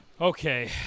Okay